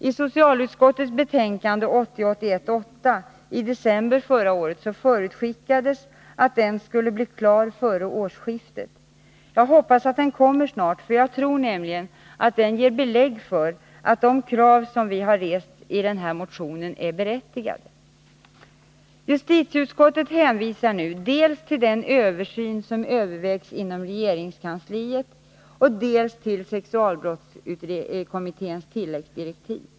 I socialutskottets betänkande 1980/81:8 från december förra året förutskickades att den skulle bli klar före årsskiftet. Jag hoppas att den kommer snart, för jag tror nämligen att den ger belägg för att de krav som vi rest i motionen är berättigade. Justitieutskottet hänvisar nu dels till den översyn som övervägs inom Nr 117 regeringskansliet, dels till sexualbrottskommitténs tilläggsdirektiv.